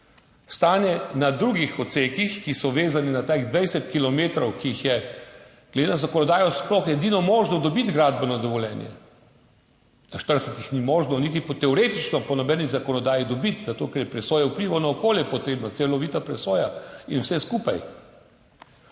Stanje na drugih odsekih, ki so vezani na teh 20 kilometrov, na katerih je glede na zakonodajo sploh edino možno dobiti gradbeno dovoljenje. Na 40 kilometrih jih ni možno niti teoretično po nobeni zakonodaji dobiti, zato, ker je presoja vplivov na okolje potrebna, celovita presoja in vse skupaj,